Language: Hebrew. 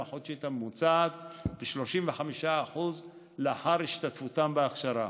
החודשית הממוצעת ב-35% לאחר השתתפותם בהכשרה.